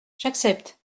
j’accepte